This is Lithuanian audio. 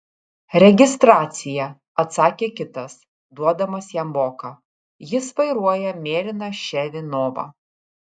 registracija atsakė kitas duodamas jam voką jis vairuoja mėlyną chevy nova